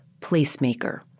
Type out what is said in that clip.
Placemaker